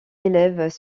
élèves